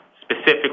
specifically